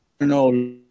No